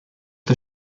der